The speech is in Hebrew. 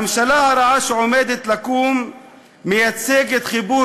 הממשלה הרעה שעומדת לקום מייצגת חיבור